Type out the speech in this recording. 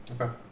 Okay